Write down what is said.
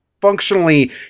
functionally